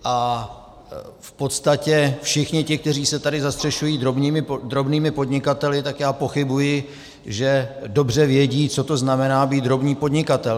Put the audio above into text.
A v podstatě všichni ti, kteří se tady zastřešují drobnými podnikateli, tak já pochybuji, že dobře vědí, co to znamená být drobný podnikatel.